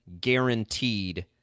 guaranteed